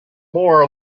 more